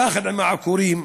יחד עם העקורים,